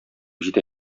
җитә